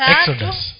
Exodus